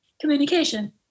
communication